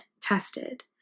tested